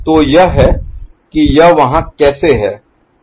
तो यह है कि यह वहाँ कैसे है